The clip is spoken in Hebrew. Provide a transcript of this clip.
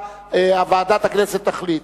ועדת הכנסת תחליט.